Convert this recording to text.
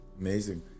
Amazing